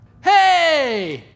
Hey